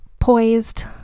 poised